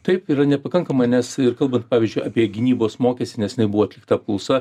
taip yra nepakankama nes ir kalbant pavyzdžiui apie gynybos mokestį neseniai buvo atlikta apklausa